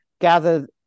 gather